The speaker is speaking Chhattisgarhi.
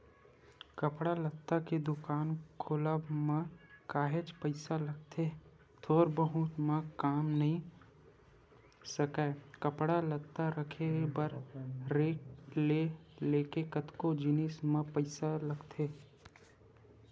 कपड़ा लत्ता के दुकान खोलब म काहेच पइसा लगथे थोर बहुत म काम नइ सरकय कपड़ा लत्ता रखे बर रेक ले लेके कतको जिनिस म पइसा लगथे